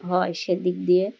হয় সেদিক দিয়ে